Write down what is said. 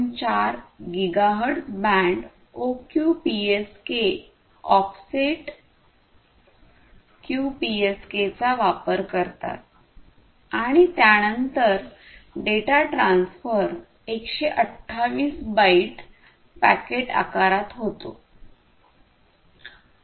4 gigahertz band OQPSK offset क्यूपीएसकेचा वापर करतात आणि त्यानंतर डेटा ट्रान्सफर 128 बाइट पॅकेट आकारात होतो